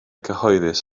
cyhoeddus